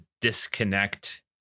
disconnect